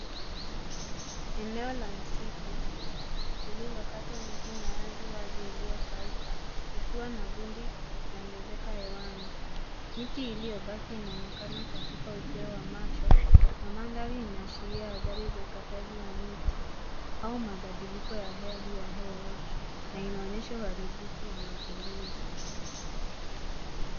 Eneo la misitu lililokatwa miti na ardhi wazi iliyo kauka ukiwa na vumbi likiongezeka hewani. Miti iliyobaki inaonekana katika upeo wa macho, na maandhari inaashiria athari za ukataji wa miti au mabadiliko wa hali ya hewa na inaonyesha uharibifu wa mazingira.